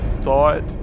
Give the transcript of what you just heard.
thought